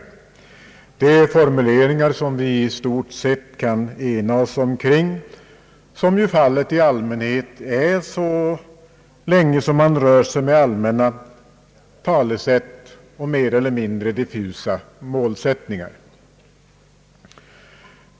Det är formuleringar som vi i stort sett kan ena oss omkring, som ju fallet i allmänhet är så länge man rör sig med allmänna talesätt och mer eller mindre diffusa målsättningar.